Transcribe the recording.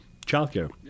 childcare